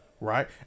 right